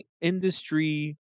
industry